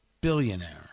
billionaire